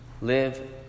Live